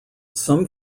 some